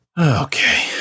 Okay